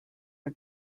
are